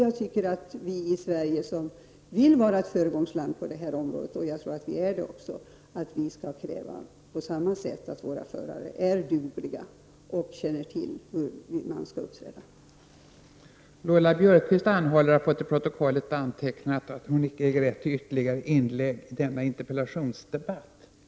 Jag tycker att vi i Sverige som vill vara föregångare på detta område — och jag tror att vi också är det — på samma sätt skall kräva att förarna är dugliga och känner till hur man skall uppträda i trafiken.